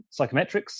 psychometrics